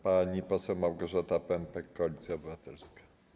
Pani poseł Małgorzata Pępek, Koalicja Obywatelska.